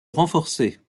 renforcer